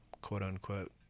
quote-unquote